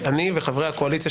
לא אמרתי שיש הלכה בעניין הזה.